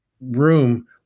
room